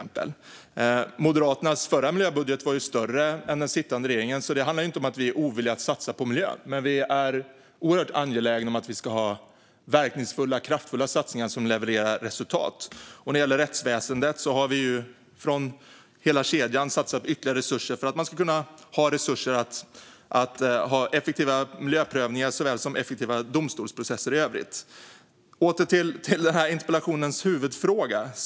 Moderaternas förra miljöbudget var större än den sittande regeringens, så det handlar inte om att vi är ovilliga att satsa på miljön. Men vi är oerhört angelägna om att det ska vara verkningsfulla och kraftfulla satsningar som levererar resultat. När det gäller rättsväsendet har vi satsat ytterligare resurser för hela kedjan så att effektiva miljöprövningar och effektiva domstolsprocesser kan genomföras. Låt mig återgå till interpellationens huvudfråga.